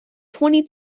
twenty